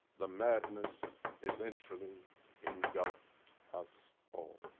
the madness eventually engulfed us all.